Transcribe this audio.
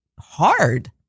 hard